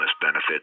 benefits